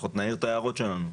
לפחות נעיר את ההערות שלנו.